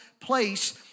place